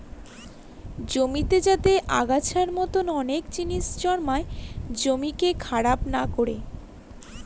জমিতে যাতে আগাছার মতো অনেক জিনিস জন্মায় জমিকে খারাপ না করে